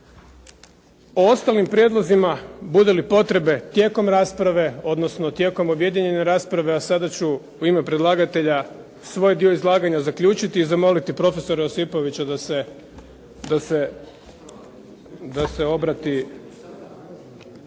O ostalim prijedlozima bude li potrebe tijekom rasprave odnosno tijekom objedinjene rasprave, a sada ću u ime predlagatelja svoj dio izlaganja zaključiti i zamoliti profesora Josipovića da se obrati,